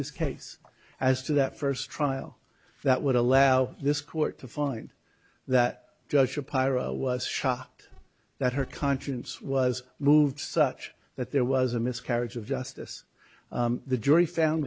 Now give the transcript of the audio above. this case as to that first trial that would allow this court to find that joshua pyra was shocked that her conscience was moved such that there was a miscarriage of justice the jury found